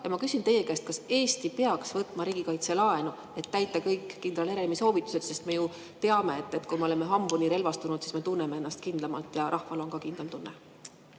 Ma küsin teie käest, kas Eesti peaks võtma riigikaitselaenu, et täita kõik kindral Heremi soovitused, sest me ju teame, et kui me oleme hambuni relvastunud, siis me tunneme ennast kindlamalt ja rahval on ka kindlam tunne.